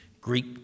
Greek